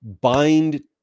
bind